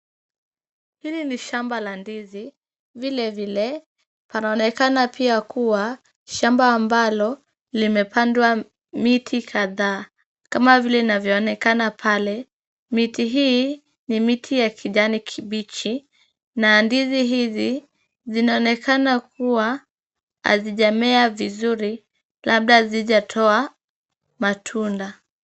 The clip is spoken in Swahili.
Hili ni shamba la ndizi, vile vile panaonekana pia kuwa shamba ambalo limepandwa miti kadha kama vile inavyoonekana pale, miti hii ni miti ya kijani kibichi, na ndizi hizi zinaonekana kuwa hazijamea vizuri labda hazijatoa matunda.